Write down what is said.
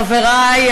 חברי,